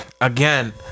again